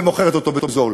ומוכרת אותו בזול.